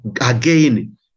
again